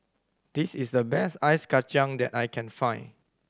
this is the best ice kacang that I can find